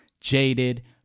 Jaded